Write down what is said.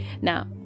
Now